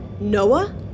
Noah